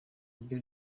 ryo